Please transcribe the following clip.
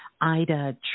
Ida